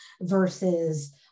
versus